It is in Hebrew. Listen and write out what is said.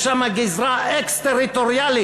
יש שם גזרה אקסטריטוריאלית.